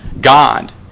God